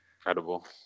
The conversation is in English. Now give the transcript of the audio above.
Incredible